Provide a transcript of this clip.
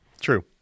True